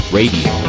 radio